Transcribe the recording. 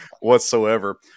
whatsoever